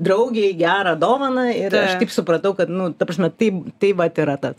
draugei gerą dovaną ir aš taip supratau kad nu ta prasme taip tai vat yra tas